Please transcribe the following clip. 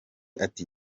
ati